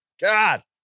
God